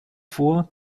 vor